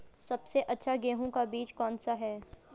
सबसे अच्छा गेहूँ का बीज कौन सा है?